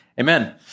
Amen